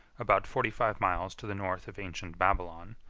about forty-five miles to the north of ancient babylon,